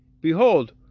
Behold